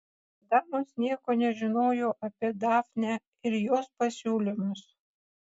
damos nieko nežinojo apie dafnę ir jos pasiūlymus